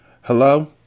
Hello